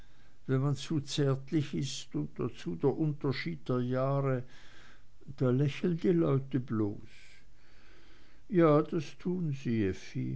wenn man zu zärtlich ist und dazu der unterschied der jahre da lächeln die leute bloß ja das tun sie